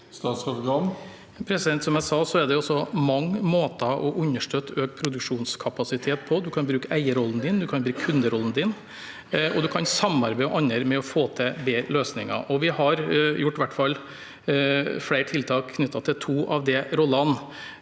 Som jeg sa, er det mange måter å understøtte økt produksjonskapasitet på. Man kan bruke eierrollen sin, man kan bruke kunderollen sin, og man kan samarbeide med andre for å få til bedre løsninger. Vi har i hvert fall gjort flere tiltak knyttet til to av de rollene.